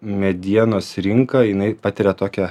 medienos rinka jinai patiria tokią